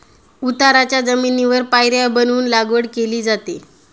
उताराच्या जमिनीवर पायऱ्या बनवून लागवड केली जाते